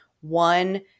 One